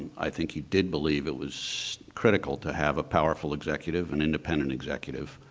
i think he did believe it was critical to have a powerful executive, an independent executive